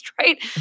right